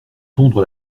tondre